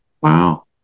wow